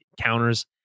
counters